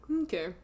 Okay